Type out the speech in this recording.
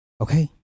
Okay